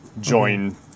Join